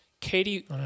katie